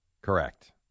Correct